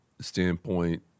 standpoint